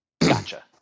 Gotcha